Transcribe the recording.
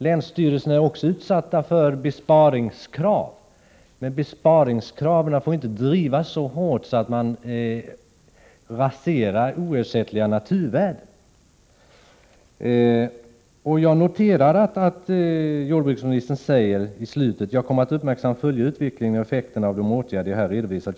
Länsstyrelserna är också utsatta för besparingskrav, men besparingarna får inte drivas så hårt att man raserar oersättliga naturvärden. Jag noterar att jordbruksministern i slutet av svaret sade: ”Jag kommer att uppmärksamt följa utvecklingen och effekterna av de åtgärder jag här redovisat.